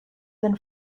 than